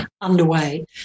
underway